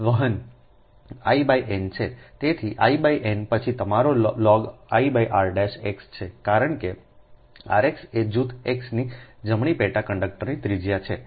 તેથી I n પછી તમારો લોગ 1 r x છે કારણ કે rx એ જૂથ X ની જમણા પેટા કંડક્ટરની ત્રિજ્યા છે